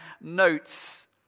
notes